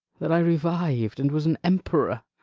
that i reviv'd, and was an emperor.